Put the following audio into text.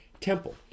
temple